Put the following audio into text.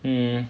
mm